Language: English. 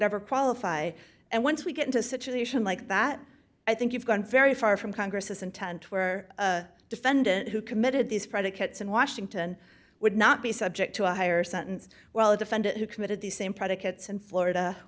ever qualify and once we get into a situation like that i think you've gone very far from congress intent where a defendant who committed these predicates in washington would not be subject to a higher sentence well a defendant who committed these same predicates in florida